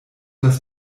das